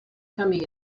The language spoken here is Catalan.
camí